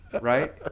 Right